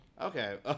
okay